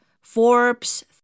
Forbes